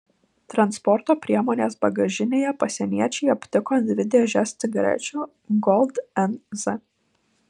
transporto priemonės bagažinėje pasieniečiai aptiko dvi dėžes cigarečių gold nz